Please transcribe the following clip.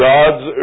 God's